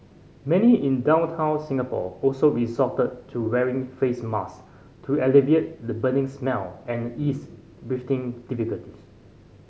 many in downtown Singapore also resorted to wearing face mask to alleviate the burning smell and ease breathing difficulties